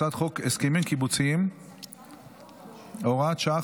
הצעת חוק הסכמים קיבוציים (הוראת שעה,